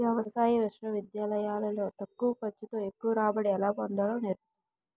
వ్యవసాయ విశ్వవిద్యాలయాలు లో తక్కువ ఖర్చు తో ఎక్కువ రాబడి ఎలా పొందాలో నేర్పుతారు